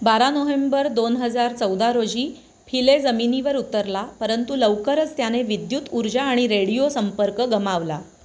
बारा नोहेंबर दोन हजार चौदा रोजी फिले जमिनीवर उतरला परंतु लवकरच त्याने विद्युत ऊर्जा आणि रेडिओ संपर्क गमावला